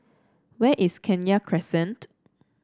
where is Kenya Crescent